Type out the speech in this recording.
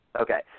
Okay